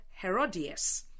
Herodias